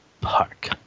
Park